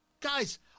guys